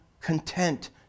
content